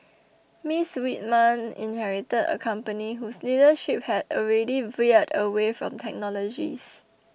Miss Whitman inherited a company whose leadership had already veered away from technologists